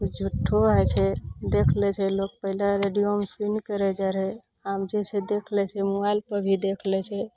झुट्ठो भऽ जाइ छै देख लै छै लोक पहिलए रेडियोमे सुनि कऽ रैह जाइ रहै आब जे छै देख लै छै मोबाइल पर भी देख लै छै